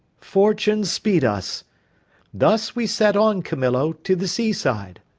fortune speed us thus we set on, camillo, to the sea-side.